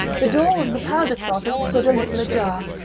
the door of the powder-closet stood a little ajar,